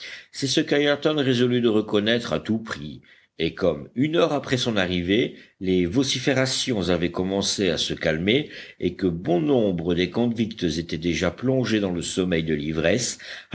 c'est ce qu'ayrton résolut de reconnaître à tout prix et comme une heure après son arrivée les vociférations avaient commencé à se calmer et que bon nombre des convicts étaient déjà plongés dans le sommeil de l'ivresse